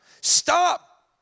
Stop